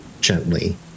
gently